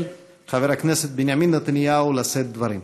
חבר הכנסת בנימין נתניהו לשאת דברים.